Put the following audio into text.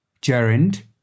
Gerund